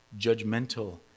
judgmental